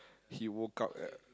he woke up at